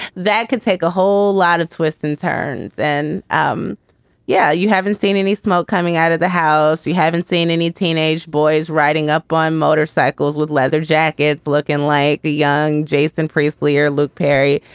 that can take a whole lot of twists and turns then. um yeah. you haven't seen any smoke coming out of the house. we haven't seen any teenage boys riding up on motorcycles with leather jacket looking like the young jason priestley or luke perry.